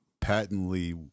patently